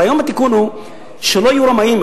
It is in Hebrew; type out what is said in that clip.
הרעיון בתיקון הוא שלא יהיו רמאים.